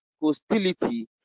hostility